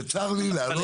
בצר לי להעלות.